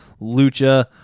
lucha